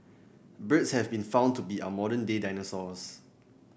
birds have been found to be our modern day dinosaurs